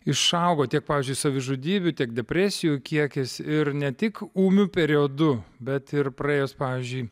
išaugo tiek pavyzdžiui savižudybių tiek depresijų kiekis ir ne tik ūmiu periodu bet ir praėjus pavyzdžiui